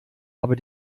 aber